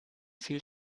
viel